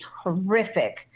horrific